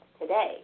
today